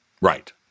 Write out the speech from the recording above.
Right